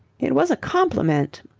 it was a compliment,